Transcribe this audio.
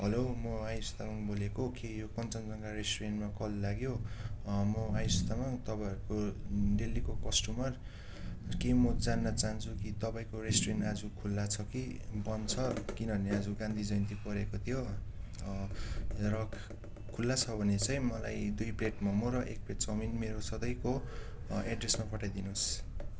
hello म आयुस तामाङ बोलेको के यो कनचनजङ्गा रेस्टुरेन्टमा कल लाग्यो म आयुस तामाङ तपाईँहरूको डेलीको कस्टमर के म जान्न चाहन्छु कि तपाईँको रेस्टुरेन्ट आज खुल्ला छ कि बन्द छ किनभने आज गान्धी जयन्ती परेको थियो र खुल्ला छ भने चाहिँ मलाई दुई प्लेट मोमो र एक प्लेट चौमिन मेरो सधैँको एड्रेसमा पठाइदिनुहोस्